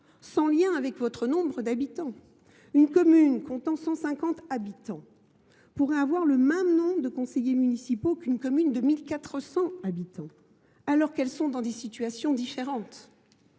sans lien avec le nombre d’habitants. Une commune de 150 habitants pourrait avoir le même nombre de conseillers municipaux qu’une commune de 1 400 habitants, alors qu’elles sont de taille différente.